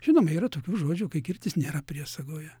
žinoma yra tokių žodžių kai kirtis nėra priesagoje